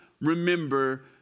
remember